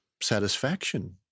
satisfaction